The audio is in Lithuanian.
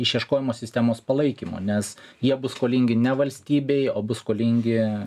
išieškojimo sistemos palaikymo nes jie bus skolingi ne valstybei o bus skolingi